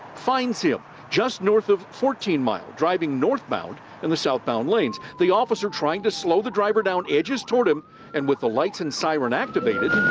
finds yeah him north of fourteen mile driving northbound in the southbound lanes. the officer trying to slow the driver down edges towards him and with the lights and siren activated,